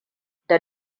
da